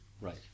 Right